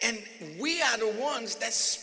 and we are the ones that